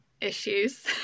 issues